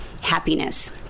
Happiness